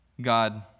God